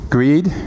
Greed